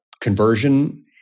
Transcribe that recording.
conversion